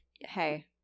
hey